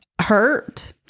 Hurt